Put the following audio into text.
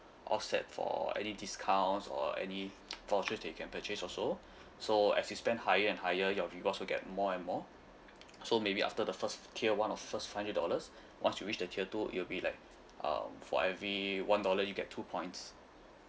offset for any discounts or any voucher that you can purchase also so as you spend higher and higher your rewards will get more and more so maybe after the first tier one or first hundred dollars once you reach the tier two you'll be like uh for every one dollar you get two points